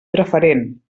preferent